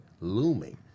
looming